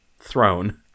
throne